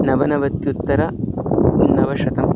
नवनव्त्युत्तर नवशतं